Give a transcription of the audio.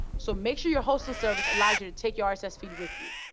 so make sure your hosting service allows you to take your so rss feed with you.